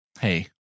Hey